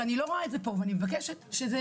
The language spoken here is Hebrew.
שאני לא רואה את זה פה ואני מבקשת להפנות